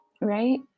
right